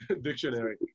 Dictionary